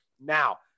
Now